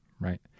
right